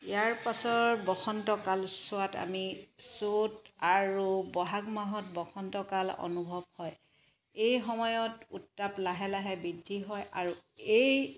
ইয়াৰ পাছৰ বসন্ত কালছোৱাত আমি চ'ত আৰু বহাগ মাহত বসন্ত কাল অনুভৱ হয় এই সময়ত উত্তাপ লাহে লাহে বৃদ্ধি হয় আৰু এই